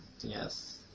Yes